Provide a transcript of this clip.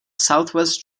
southwest